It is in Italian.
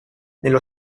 nello